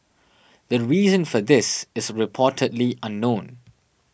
the reason for this is reportedly unknown